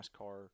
NASCAR